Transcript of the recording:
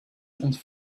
and